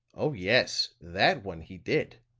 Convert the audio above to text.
oh, yes that one he did.